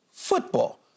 football